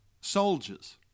soldiers